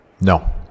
no